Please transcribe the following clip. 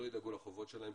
שלא ידאגו לחובות שלהם,